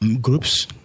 groups